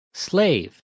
Slave